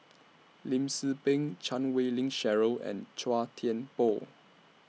Lim Tze Peng Chan Wei Ling Cheryl and Chua Thian Poh